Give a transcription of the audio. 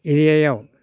एरियाआव